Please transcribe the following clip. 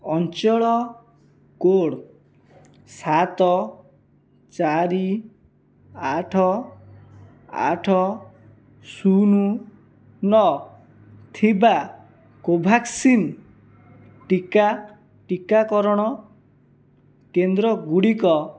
ଅଞ୍ଚଳ କୋଡ୍ ଅଞ୍ଚଳ ସାତ ଚାରି ଆଠ ଆଠ ଶୁନ ନଅ ଥିବା କୋଭ୍ୟାକ୍ସିନ୍ ଟିକା ଟିକାକରଣ କେନ୍ଦ୍ରଗୁଡ଼ିକ